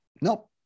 nope